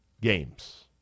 games